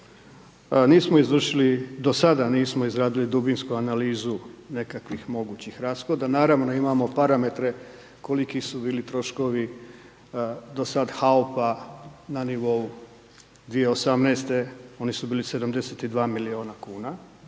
odluke vlade, do sada nismo izradili dubinsku analizu nekakvih mogućih rashoda. Naravno da imamo parametre koliki su bili troškovi, do sada HAUP-a na nivou 2018.l oni su bili 72 milijuna kn.